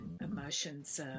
emotions